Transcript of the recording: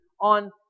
on